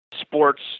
sports